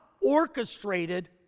orchestrated